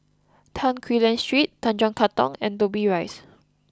Tan Quee Lan Street Tanjong Katong and Dobbie Rise